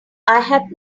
had